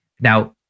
Now